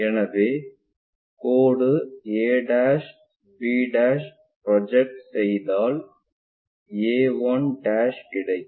எனவே கோடு a b project செய்தாள் b 1 கிடைக்கும்